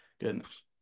Goodness